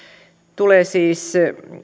tulee siis